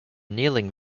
kneeling